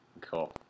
Cool